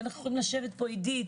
ואנחנו יכולים לשבת פה עידית,